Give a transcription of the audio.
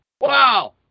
Wow